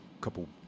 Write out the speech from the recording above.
couple